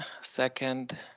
Second